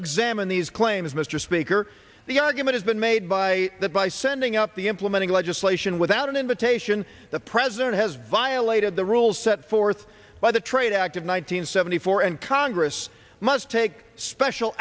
examine these claims mr speaker the argument has been made by that by sending up the implementing legislation without an invitation the president has violated the rules set forth by the trade act of one nine hundred seventy four and congress must take special